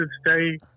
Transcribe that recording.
stay